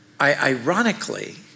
ironically